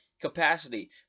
capacity